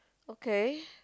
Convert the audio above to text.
okay